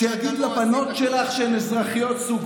שהוא יגיד לבנות שלך שהן אזרחיות סוג